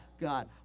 God